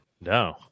No